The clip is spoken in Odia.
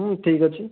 ଠିକ୍ ଅଛି